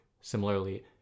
similarly